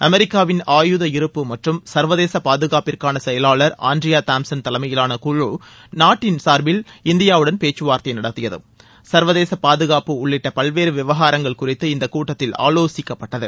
அமெரிக்காவிள் ஆயுத இருப்பு மற்றும் சர்வதேச பாதுகாப்பிற்கான செயலாளர் ஆன்ட்ரியா தாம்சன் தலைமையிலான குழு அந்நாட்டின் சார்பில் இந்தியாவுடன் பேச்சுவார்த்தை நடத்தியது சர்வதேச பாதுகாப்பு உள்ளிட்ட பல்வேறு விவகாரங்கள் குறித்து இந்த கூட்டத்தில் ஆவோசிக்கப்பட்டது